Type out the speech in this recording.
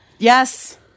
Yes